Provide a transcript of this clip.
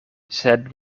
sed